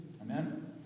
Amen